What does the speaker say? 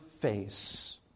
face